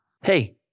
Hey